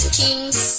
kings